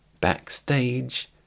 Backstage